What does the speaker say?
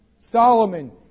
Solomon